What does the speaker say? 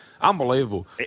unbelievable